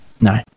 No